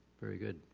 very good.